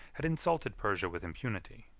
had insulted persia with impunity.